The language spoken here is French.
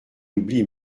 oubli